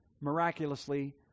miraculously